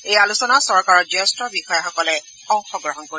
এই আলোচনাত চৰকাৰৰ জ্যেষ্ঠ বিষয়াসকল অংশগ্ৰহণ কৰিব